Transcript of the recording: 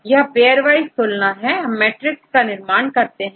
यह pair wiseतुलना है हम मैट्रिक्स का निर्माण करते हैं